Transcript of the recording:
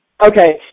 okay